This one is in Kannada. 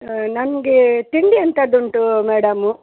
ನನಗೆ ತಿಂಡಿ ಎಂಥದ್ದುಂಟು ಮೇಡಮು